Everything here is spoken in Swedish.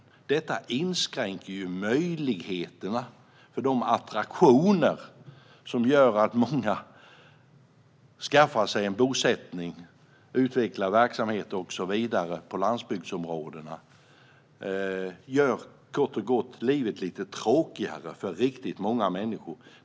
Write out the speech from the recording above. Detta inskränker möjligheterna för de attraktioner som gör att många skaffar sig en bosättning och utvecklar verksamhet och så vidare i landsbygdsområdena. Detta gör kort och gott livet lite tråkigare för riktigt många människor.